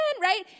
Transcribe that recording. right